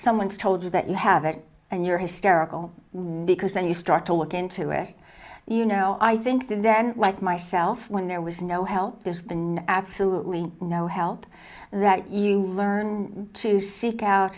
someone's told you that you have it and you're hysterical when because then you start to look into it you know i think did then like myself when there was no help there's been absolutely no help that you learn to seek out